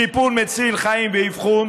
טיפול מציל חיים באבחון